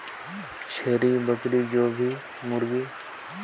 मांस अउ अंडा प्राप्त करे बर कोन कोन पशु ल पालना होही ग?